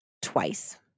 twice